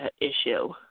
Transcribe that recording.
issue